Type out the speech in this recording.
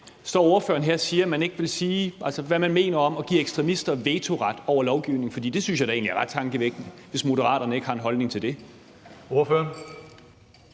Står ordføreren her og siger, at man ikke vil sige, hvad man mener om at give ekstremister vetoret over for lovgivningen? For jeg synes egentlig, det er ret tankevækkende, hvis Moderaterne ikke har en holdning til det. Kl.